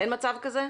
אין מצב כזה?